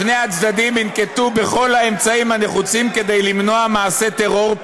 שני הצדדים ינקטו את כל האמצעים הנחוצים כדי למנוע מעשי טרור,